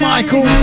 Michael